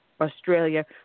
Australia